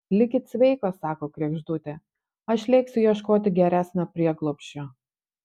likit sveikos sako kregždutė aš lėksiu ieškoti geresnio prieglobsčio